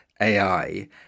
AI